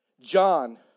John